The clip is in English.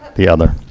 the other.